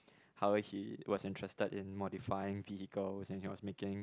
how he was interested in modifying vehicles and he was making